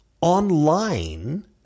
online